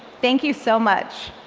thank you so much.